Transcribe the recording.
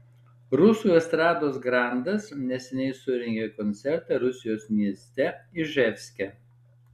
rusų estrados grandas neseniai surengė koncertą rusijos mieste iževske